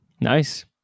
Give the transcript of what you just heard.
Nice